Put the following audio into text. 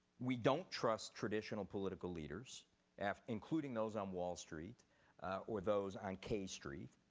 we don't trust traditional political leaders and including those on wall street or those on k street.